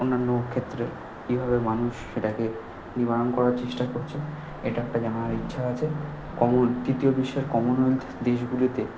অন্যান্য ক্ষেত্রে কীভাবে মানুষ সেটাকে নিবারণ করার চেষ্টা করছে এটা একটা জানার ইচ্ছা আছে কমন তৃতীয় বিশ্বের কমনওয়েলথ দেশগুলিতে